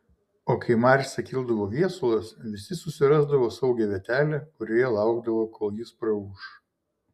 o kai marse kildavo viesulas visi susirasdavo saugią vietelę kurioje laukdavo kol jis praūš